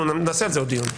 נעשה על זה דיון.